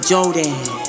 Jordan